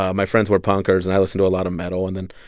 ah my friends were punkers, and i listened to a lot of metal. and then,